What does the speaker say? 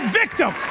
victim